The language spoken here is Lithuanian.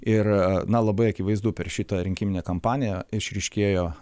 ir na labai akivaizdu per šitą rinkiminę kampaniją išryškėjo